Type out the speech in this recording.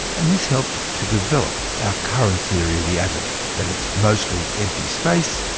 and this helped to develop our current theory of the atom that it's mostly empty space,